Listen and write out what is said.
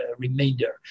remainder